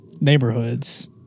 Neighborhoods